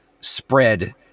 spread